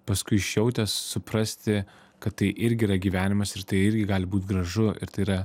paskui išjautęs suprasti kad tai irgi yra gyvenimas ir tai irgi gali būt gražu ir tai yra